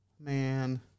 Man